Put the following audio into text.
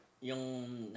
yung